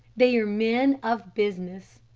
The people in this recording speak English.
they are men of business.